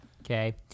Okay